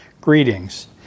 greetings